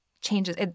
changes